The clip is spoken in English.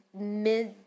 mid